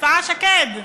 השרה שקד,